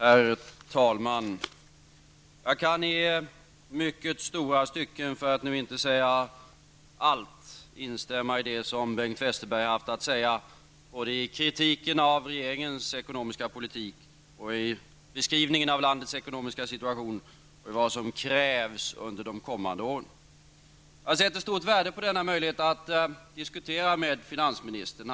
Herr talman! Jag kan i mycket stora stycken, för att inte säga allt, instämma i det som Bengt Westerberg har haft att säga. Det gäller både i kritiken av regeringens ekonomiska politik och i beskrivningen av landets ekonomiska situation och vad som krävs under de kommande åren. Jag sätter stort värde på denna möjlighet att diskutera med finansministern.